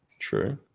True